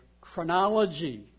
chronology